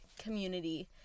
community